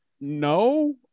No